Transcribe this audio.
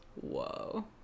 Whoa